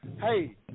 Hey